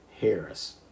Harris